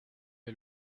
est